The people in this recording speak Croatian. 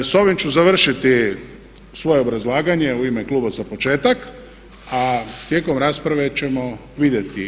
S ovim ću završiti svoje obrazlaganje u ime kluba za početak, a tijekom rasprave ćemo vidjeti.